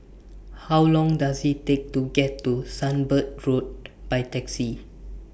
How Long Does IT Take to get to Sunbird Road By Taxi